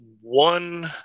one